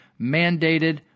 mandated